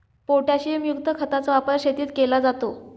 पोटॅशियमयुक्त खताचा वापर शेतीत केला जातो